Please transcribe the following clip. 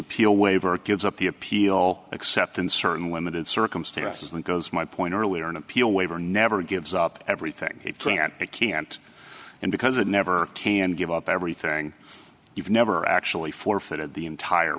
appeal waiver gives up the appeal except in certain limited circumcise yes as one goes my point earlier an appeal waiver never gives up everything it can't it can't and because it never can give up everything you've never actually forfeited the entire